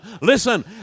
listen